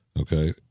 okay